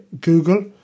Google